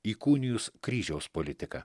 įkūnijus kryžiaus politiką